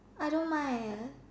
I don't mind eh